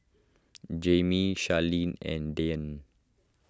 Jaimie Charleen and Dyan